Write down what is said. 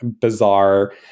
bizarre